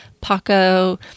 Paco